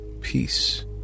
peace